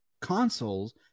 consoles